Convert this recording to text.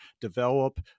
develop